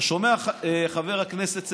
אתה שומע, חבר הכנסת סגלוביץ'?